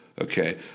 Okay